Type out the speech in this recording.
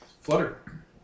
Flutter